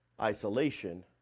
isolation